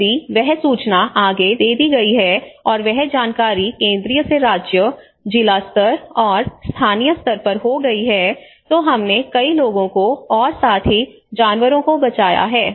यदि वह सूचना आगे दे दी गई है और वह जानकारी केंद्रीय से राज्य जिला स्तर और स्थानीय स्तर पर हो गई है तो हमने कई लोगों को और साथ ही जानवरों को बचाया है